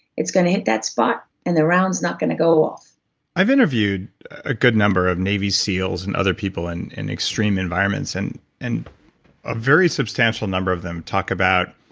it's gonna hit that spot and the rounds not gonna go off i've interviewed a good number of navy seals, and other people in in extreme environments, and and a very substantial number of them talk about